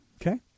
Okay